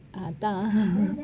அதான்:athaan